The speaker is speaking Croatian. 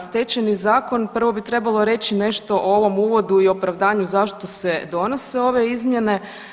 Stečajni zakon prvo bi trebalo reći nešto o ovom uvodu i opravdanju zašto se donose ove izmjene.